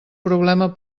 problema